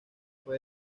fue